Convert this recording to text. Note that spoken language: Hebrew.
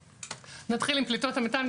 נתחיל עם פליטות מתאן.